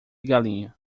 galinha